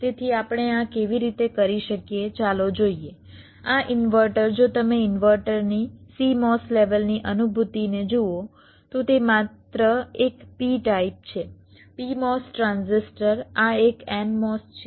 તેથી આપણે આ કેવી રીતે કરી શકીએ ચાલો જોઈએ આ ઇન્વર્ટર જો તમે ઇન્વર્ટરની CMOS લેવલની અનુભૂતિને જુઓ તો તે માત્ર એક P ટાઇપ છે PMOS ટ્રાન્ઝિસ્ટર આ એક NMOS છે